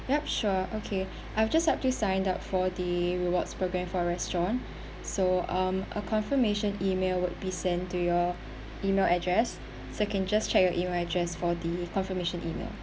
yup sure okay I've just helped you signed up for the rewards program for our restaurant so um a confirmation email will be sent to your email address so can just check your email address for the confirmation email